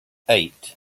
eight